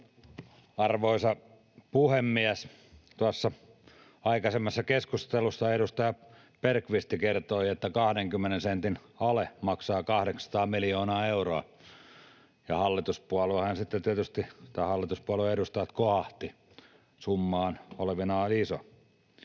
Arvoisa puhemies! Aiemmin keskustelussa edustaja Bergqvist kertoi, että 20 sentin ale maksaa 800 miljoonaa euroa, ja hallituspuolueiden edustajat sitten tietysti kohahtivat, summa on olevinaan iso.